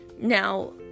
Now